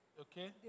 Okay